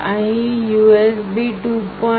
અહીં USB2